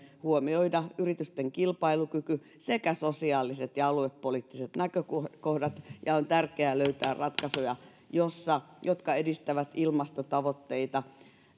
huomioida yritysten kilpailukyky sekä sosiaaliset ja aluepoliittiset näkökohdat on tärkeää löytää ratkaisuja jotka edistävät ilmastotavoitteita